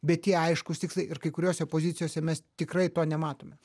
bet tie aiškūs tikslai ir kai kuriose pozicijose mes tikrai to nematome